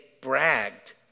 bragged